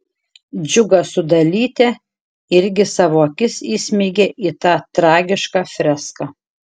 džiugas su dalyte irgi savo akis įsmeigią į tą tragišką freską